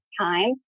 time